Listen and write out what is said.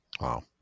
Wow